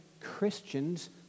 Christians